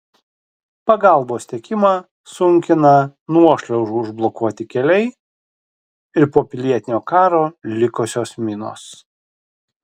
pagalbos tiekimą sunkina nuošliaužų užblokuoti keliai ir po pilietinio karo likusios minos